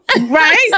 right